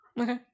Okay